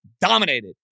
dominated